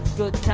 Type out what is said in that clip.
good.